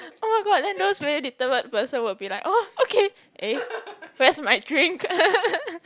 oh my god then those very determined person would be like oh okay eh where's my drink